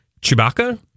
Chewbacca